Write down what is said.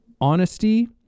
honesty